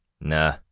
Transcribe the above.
Nah